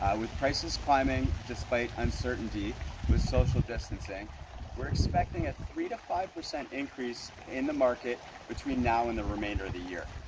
with prices climbing, despite uncertainty with social distancing we're expecting a three to five percent increase in the market between now and the remainder of the year.